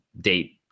date